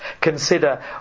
consider